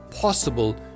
possible